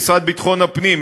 המשרד לביטחון הפנים,